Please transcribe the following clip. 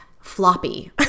floppy